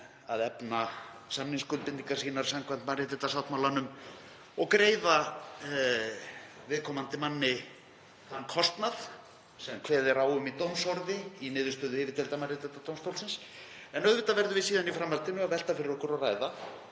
að efna samningsskuldbindingar sínar samkvæmt mannréttindasáttmálanum og greiða viðkomandi þann kostnað sem kveðið er á um í dómsorði í niðurstöðu yfirdeildar Mannréttindadómstólsins. En auðvitað verðum við síðan í framhaldinu að velta fyrir okkur og ræða